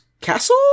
castle